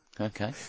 Okay